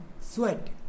sweat